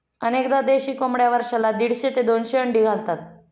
अनेकदा देशी कोंबड्या वर्षाला दीडशे ते दोनशे अंडी घालतात